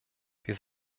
wir